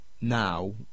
now